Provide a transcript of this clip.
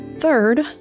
Third